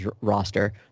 roster